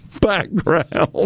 background